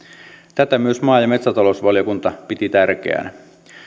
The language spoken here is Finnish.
tätä myös maa ja metsätalousvaliokunta piti tärkeänä